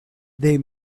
they